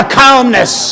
calmness